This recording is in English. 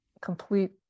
complete